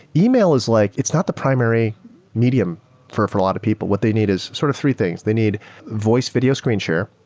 email is like it's not the primary medium for a lot of people. what they need is sort of three things. they need voice video screen share.